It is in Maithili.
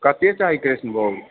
कतेक चाही कृष्णभोग